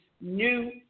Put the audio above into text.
new